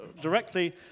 directly